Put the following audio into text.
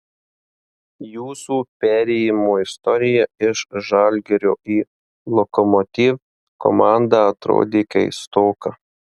jūsų perėjimo istorija iš žalgirio į lokomotiv komandą atrodė keistoka